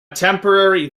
temporary